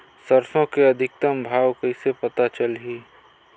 सरसो के अधिकतम भाव कइसे पता चलही?